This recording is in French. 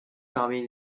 parmi